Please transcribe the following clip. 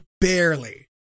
Barely